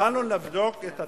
כשהתחלנו לבדוק את התקציב,